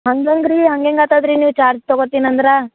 ಹಂಗೆ ಹೆಂಗೆ ರಿ ಹಂಗೆ ಹೆಂಗೆ ಆತದೆ ರೀ ನೀವು ಚಾರ್ಜ್ ತಗೋತೀನಿ ಅಂದ್ರೆ